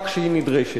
לשבחך, כשהיא נדרשת.